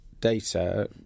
data